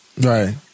Right